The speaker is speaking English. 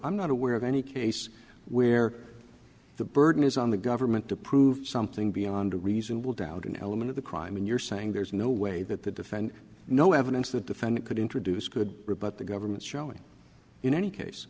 i'm not aware of any case where the burden is on the government to prove something beyond a reasonable doubt an element of the crime and you're saying there's no way that the defend no evidence the defendant could introduce could rebut the government's showing in any case